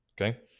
Okay